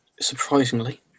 Surprisingly